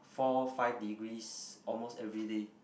four five degrees almost everyday